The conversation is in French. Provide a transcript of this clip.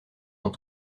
dans